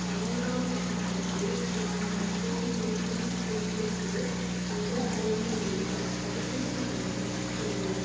தமெங்கலாங் மாவட்டத்தில் நான் தற்போது இருக்கும் இடத்துக்கு மிக அருகில் உள்ள தடுப்பூசி மையம் எது